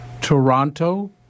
Toronto